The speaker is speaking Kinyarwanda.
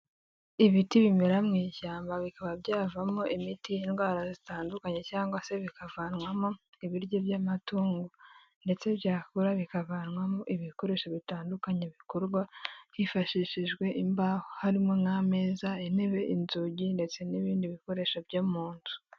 Ibiti bimera mu ishyamba bikaba byavamo imiti y'indwara zitandukanye cyangwa se bikavanwamo ibiryo by'amatungo, ndetse byakura bikavanwamo ibikoresho bitandukanye bikorwa hifashishijwe imbaho harimo nk'ameza, intebe, inzugi, ndetse n'ibindi bikoresho byo mu nzu.